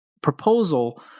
proposal